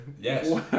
Yes